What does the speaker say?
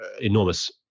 enormous